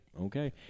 okay